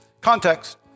context